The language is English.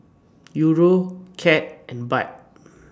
Euro Cad and Baht